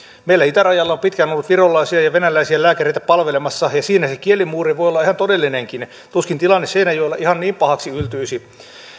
meillä itärajalla on pitkään ollut virolaisia ja venäläisiä lääkäreitä palvelemassa ja siinä se kielimuuri voi olla ihan todellinenkin tuskin tilanne seinäjoella ihan niin pahaksi yltyisi